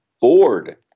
bored